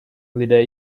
lidé